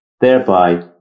thereby